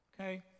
Okay